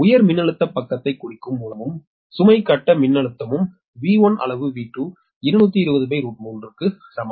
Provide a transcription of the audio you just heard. உயர் மின்னழுத்த பக்கத்தைக் குறிக்கும் மூலமும் சுமை கட்ட மின்னழுத்தமும் |V1| அளவு V22203 க்கு சமம்